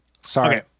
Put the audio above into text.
Sorry